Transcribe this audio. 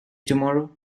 tomorrow